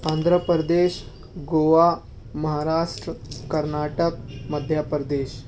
Andhra Pradesh Goa Maharashtra Karnataka Madhya Pradesh